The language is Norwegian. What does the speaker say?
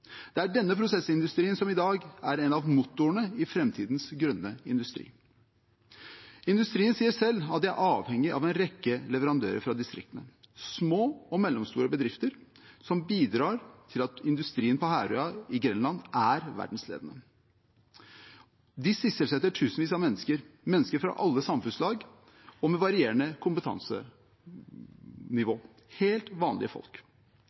Det er denne prosessindustrien som i dag er en av motorene i framtidens grønne industri. Industrien sier selv at de er avhengig av en rekke leverandører fra distriktene, små og mellomstore bedrifter, som bidrar til at industrien på Herøya i Grenland er verdensledende. De sysselsetter tusenvis av mennesker, mennesker fra alle samfunnslag og med varierende kompetansenivå – helt vanlige folk.